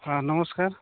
ହଁ ନମସ୍କାର